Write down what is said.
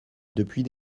depuis